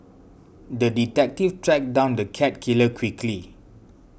the detective tracked down the cat killer quickly